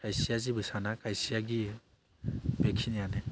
खायसेया जेबो साना खायसेया गियो बेखिनियानो